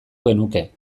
genuke